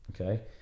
Okay